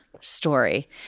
story